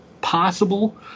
possible